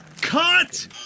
Cut